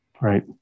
Right